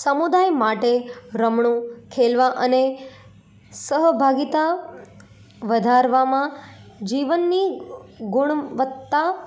સમુદાય માટે રમવું ખેલવા અને સહભાગિતા વધારવામાં જીવનની ગુણવત્તા